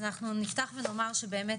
אז אנחנו נפתח ונאמר, שבאמת,